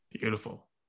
Beautiful